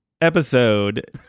episode